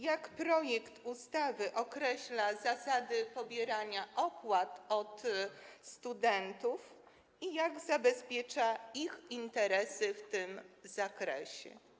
Jak projekt ustawy określa zasady pobierania opłat od studentów i jak zabezpiecza ich interesy w tym zakresie?